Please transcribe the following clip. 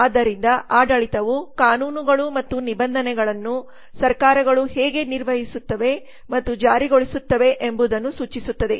ಆದ್ದರಿಂದ ಆಡಳಿತವು ಕಾನೂನುಗಳು ಮತ್ತು ನಿಬಂಧನೆಗಳನ್ನು ಸರ್ಕಾರಗಳು ಹೇಗೆ ನಿರ್ವಹಿಸುತ್ತವೆ ಮತ್ತು ಜಾರಿಗೊಳಿಸುತ್ತವೆ ಎಂಬುದನ್ನು ಸೂಚಿಸುತ್ತದೆ